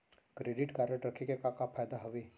Credit card रखे के का का फायदा हवे?